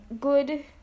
good